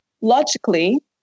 Logically